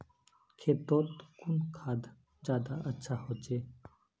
खेतोत कुन खाद ज्यादा अच्छा होचे?